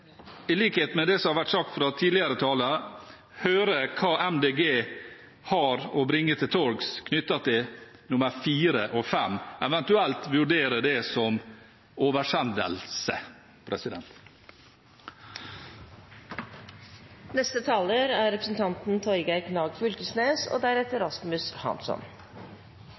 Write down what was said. i likhet med det som har vært sagt fra tidligere talere, gjerne høre hva Miljøpartiet De Grønne har å bringe til torgs knyttet til forslagene nr. 4 og 5, og eventuelt vurdere dem som oversendelsesforslag. Altfor mange på denne jorda går svoltne til sengs om kvelden, og